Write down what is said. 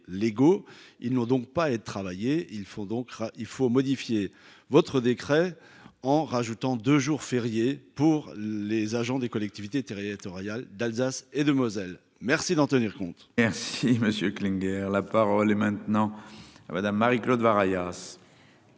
ils n'ont donc pas être travailler, il faut donc il faut modifier votre décret en rajoutant de jours fériés pour les agents des collectivités territoriales d'Alsace et de Moselle. Merci d'en tenir compte. Merci Monsieur Clean guère la parole est maintenant à Madame Marie-Claude Ryan.